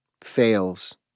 fails